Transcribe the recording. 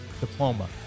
diploma